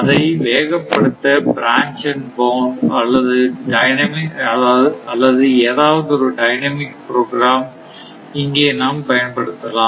இதை வேகப்படுத்த branch and bound அல்லது ஏதாவது ஒரு டைனமிக் ப்ரோக்ராம் இங்கே நாம் பயன்படுத்தலாம்